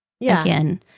again